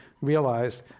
realized